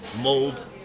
mold